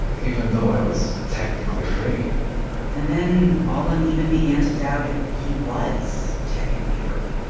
even though i was technically free and then alim even began to doubt if he was technically free.